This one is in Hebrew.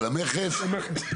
של המכס.